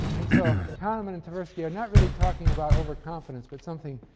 and so kahneman and tversky are not really talking about overconfidence but something,